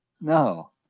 No